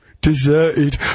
deserted